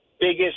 biggest